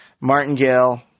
martingale